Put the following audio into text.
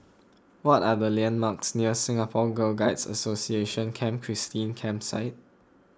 what are the landmarks near Singapore Girl Guides Association Camp Christine Campsite